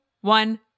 one